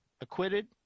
acquitted